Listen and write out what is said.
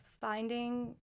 finding